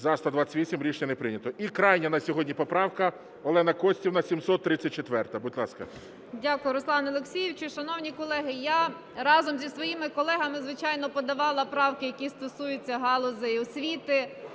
За-128 Рішення не прийнято. І крайня на сьогодні поправка, Олена Костівна, 734-а. Будь ласка. 14:47:39 КОНДРАТЮК О.К. Дякую, Руслане Олексійовичу. Шановні колеги, я разом зі своїми колегами, звичайно, подавала правки, які стосуються галузей освіти,